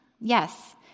Yes